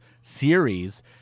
series